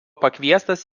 pakviestas